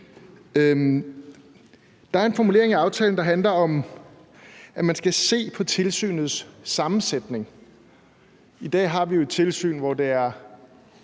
Der er en formulering i aftalen, der handler om, at man skal se på tilsynets sammensætning. I dag har vi jo et tilsyn, hvor der er,